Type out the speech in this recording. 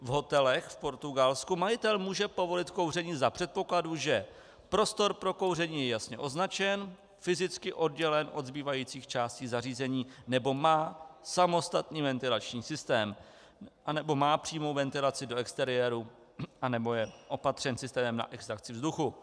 V hotelech v Portugalsku majitel může povolit kouření za předpokladu, že prostor pro kouření je jasně označen, fyzicky oddělen od zbývajících částí zařízení nebo má samostatný ventilační systém a nebo má přímou ventilaci do exteriéru a nebo je opatřen systémem na extrakci vzduchu.